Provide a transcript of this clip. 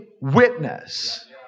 witness